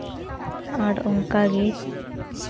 ᱟᱨ ᱚᱱᱠᱟᱜᱮ